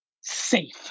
Safe